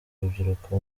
rubyiruko